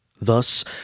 Thus